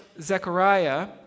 Zechariah